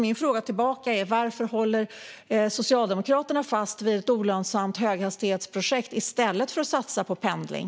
Min fråga tillbaka är: Varför håller Socialdemokraterna fast vid ett olönsamt höghastighetsprojekt i stället för att satsa på pendling?